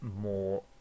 more